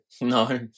No